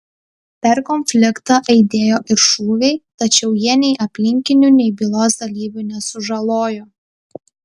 per konfliktą aidėjo ir šūviai tačiau jie nei aplinkinių nei bylos dalyvių nesužalojo